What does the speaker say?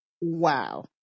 Wow